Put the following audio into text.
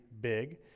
big